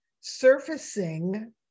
surfacing